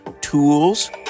tools